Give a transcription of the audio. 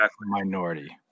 minority